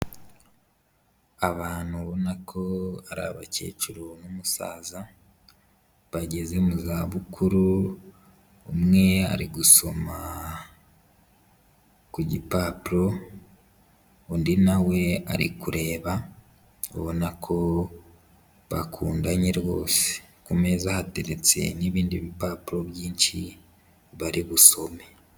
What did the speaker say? Abantu ubona ko ari abakecuru n'umusaza bageze mu za bukuru, umwe ari gusoma ku gipapuro, undi nawe ari kureba ubona ko bakundanye rwose, ku meza hateretse n'ibindi bipapuro byinshi bari busome.